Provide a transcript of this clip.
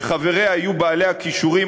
וחבריה יהיו בעלי הכישורים,